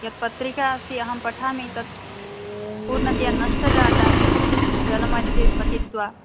यत् पत्रिका अस्ति अहं पठामि तत् पूर्णतया नष्टा जाता जलमध्ये पतित्वा